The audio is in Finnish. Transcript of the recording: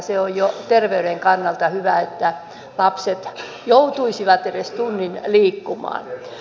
se on jo terveyden kannalta hyvä että lapset joutuisivat edes tunnin liikkumaan